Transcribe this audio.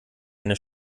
eine